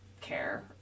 care